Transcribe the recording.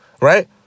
right